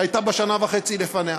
שהייתה בשנה וחצי לפניה.